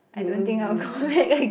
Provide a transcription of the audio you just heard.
you will you